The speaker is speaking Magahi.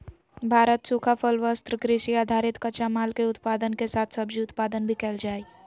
भारत सूखा फल, वस्त्र, कृषि आधारित कच्चा माल, के उत्पादन के साथ सब्जी उत्पादन भी कैल जा हई